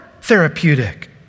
therapeutic